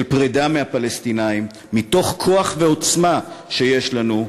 של פרידה מהפלסטינים מתוך כוח ועוצמה שיש לנו,